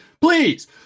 Please